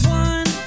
one